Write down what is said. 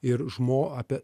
ir žmo apie